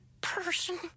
person